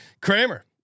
Kramer